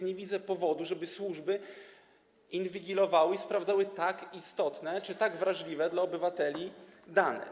Nie widzę powodu, żeby służby inwigilowały obywateli i sprawdzały tak istotne czy tak wrażliwe dla obywateli dane.